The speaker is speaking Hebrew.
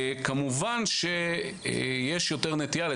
כמובן שיש יותר נטייה מסוימת.